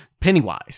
Pennywise